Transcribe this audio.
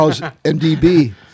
MDB